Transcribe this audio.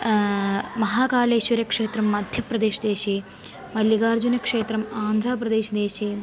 महाकालेश्वरक्षेत्रं मध्यप्रदेश देशे मल्लिकार्जुनक्षेत्रम् आन्ध्राप्रदेशदेशे